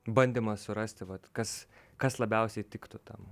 bandymas surasti vat kas kas labiausiai tiktų tam